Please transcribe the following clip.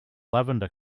lavender